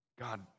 God